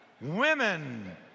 Women